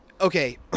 Okay